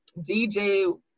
dj